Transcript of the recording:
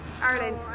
Ireland